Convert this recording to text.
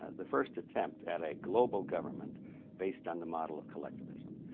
ah the first attempt at a global government based on the model of collectivism.